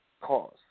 cause